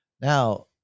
Now